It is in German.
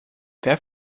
wer